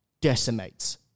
decimates